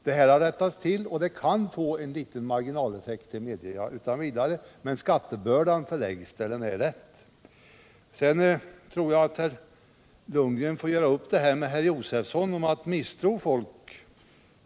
Det har nu rättats till och kan — det medger jag — få en liten marginaleffekt, men skattebördan läggs riktigt. Sedan tycker jag att herr Lundgren får göra upp med herr Josefson i frågan om att misstro folk.